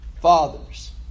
Fathers